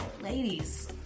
ladies